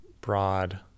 broad